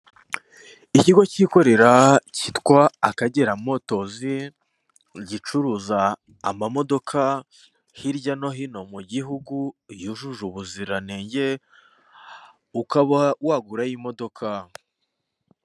Ikigo kikorera kitwa akagera motozi, gicuruza amamodoka hirya no hino mugihugu yujuje ubuziranenge, ukaba wagurayo imodoka.